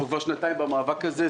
אנחנו כבר שנתיים במאבק הזה.